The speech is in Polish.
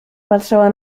patrzała